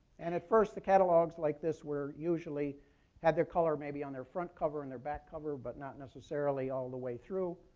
and at first, the catalogs like this usually had their color maybe on their front cover and their back cover, but not necessarily all the way through.